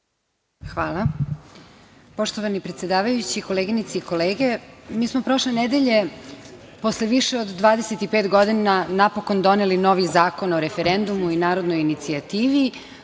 Hvala. Poštovani predsedavajući, koleginice i kolege, mi smo prošle nedelje posle više od 25 godina napokon doneli novi Zakon o referendumu i narodnoj inicijativi